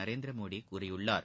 நரேந்திரமோடி கூறியுள்ளார்